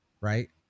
Right